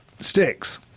sticks